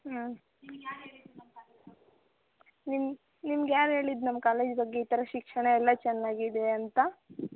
ಹ್ಞೂ ನಿಮ್ಮ ನಿಮ್ಗೆ ಯಾರು ಹೇಳಿದ್ದು ನಮ್ಮ ಕಾಲೇಜ್ ಬಗ್ಗೆ ಈ ಥರ ಶಿಕ್ಷಣ ಎಲ್ಲ ಚೆನ್ನಾಗಿದೆ ಅಂತ